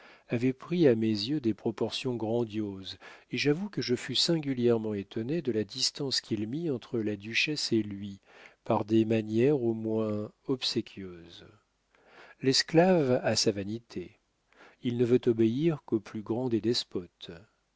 avait pris à mes yeux des proportions grandioses et j'avoue que je fus singulièrement étonné de la distance qu'il mit entre la duchesse et lui par des manières au moins obséquieuses l'esclave a sa vanité il ne veut obéir qu'au plus grand des despotes